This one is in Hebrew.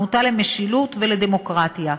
התנועה למשילות ודמוקרטיה.